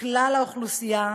לכלל האוכלוסייה,